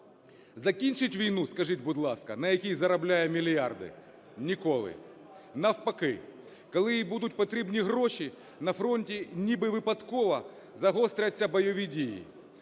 закінчить війну, скажіть, будь ласка, на якій заробляє мільярди? Ніколи. Навпаки, коли їй будуть потрібні гроші, на фронті, ніби випадково, загостряться бойові дії,